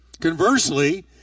Conversely